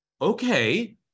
okay